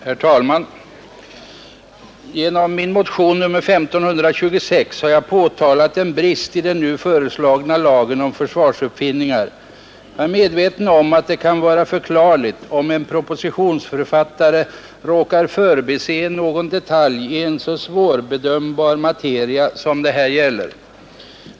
Herr talman! Genom min motion, nr 1526, har jag påtalat en brist i den nu föreslagna lagen om försvarsuppfinningar. Jag är medveten om att det är förklarligt om en propositionsförfattare råkar förbise någon detalj i en så svårbedömbar materia som det här gäller.